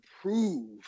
prove